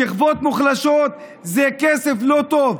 שכבות מוחלשות זה כסף לא טוב.